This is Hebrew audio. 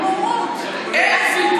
בצלאל, אתה, על בורות, זאת בורות.